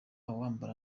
wambara